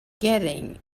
getting